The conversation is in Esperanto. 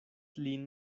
lin